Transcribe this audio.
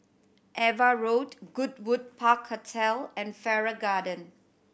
Ava Road Goodwood Park Hotel and Farrer Garden